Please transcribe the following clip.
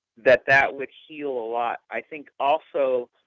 that that would heal a lot. i think also,